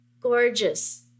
gorgeous